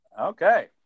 Okay